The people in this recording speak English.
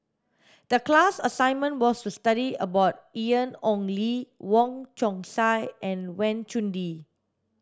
the class assignment was to study about Ian Ong Li Wong Chong Sai and Wang Chunde